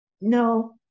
no